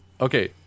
Okay